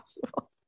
possible